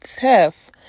Tiff